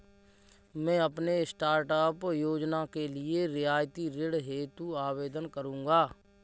मैं अपने स्टार्टअप योजना के लिए रियायती ऋण हेतु आवेदन करूंगा